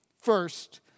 First